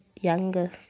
younger